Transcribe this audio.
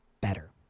better